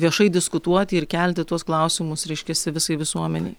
viešai diskutuoti ir kelti tuos klausimus reiškiasi visai visuomenei